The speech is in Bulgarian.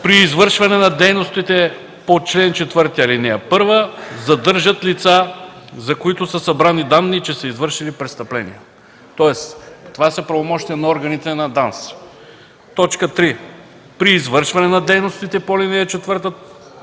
„При извършване на дейностите по чл. 4, ал. 1 задържат лица, за които са събрани данни, че са извършили престъпления”, тоест това са правомощия на органите на ДАНС. Точка 3: „при извършването на дейностите по чл. 4,